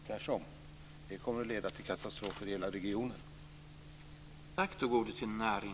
Det kommer tvärtom att leda till katastrof för hela regionen.